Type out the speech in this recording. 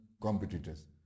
competitors